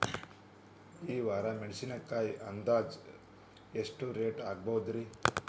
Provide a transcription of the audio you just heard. ಈ ವಾರ ಮೆಣಸಿನಕಾಯಿ ಅಂದಾಜ್ ಎಷ್ಟ ರೇಟ್ ಆಗಬಹುದ್ರೇ?